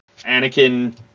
Anakin